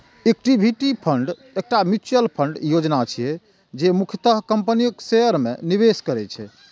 equity fund एकटा mutual fund योजना छियै, जे मुख्यतः कंपनीक शेयर मे निवेश करै छै